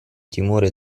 timore